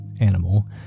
animal